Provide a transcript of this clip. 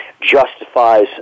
justifies